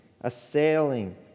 assailing